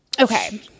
Okay